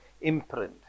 imprint